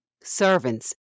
Servants